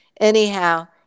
Anyhow